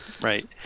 right